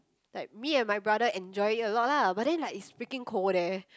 like me and my brother enjoying a lot lah but then like it's freaking cold there